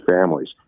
families